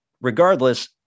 regardless